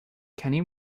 kenney